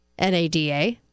NADA